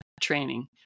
Training